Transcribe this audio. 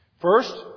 First